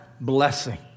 blessing